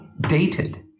dated